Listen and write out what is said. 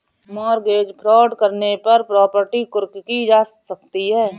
mortgage fraud करने पर property कुर्क की जा सकती है